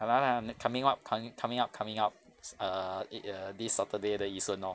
coming up com~ coming up coming up err a~ err this saturday 的 yishun lor